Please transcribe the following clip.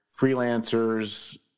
freelancers